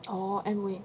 oh Amway